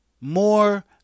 more